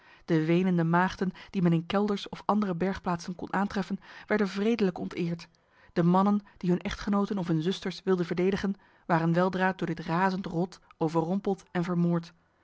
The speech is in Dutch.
de wenende maagden die men in kelders of andere bergplaatsen kon aantreffen werden wredelijk onteerd de mannen die hun echtgenoten of hun zusters wilden verdedigen waren weldra door dit razend rot overrompeld en vermoord